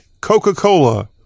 coca-cola